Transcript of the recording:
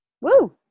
Woo